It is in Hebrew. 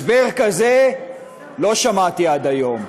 הסבר כזה לא שמעתי עד היום.